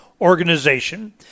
organization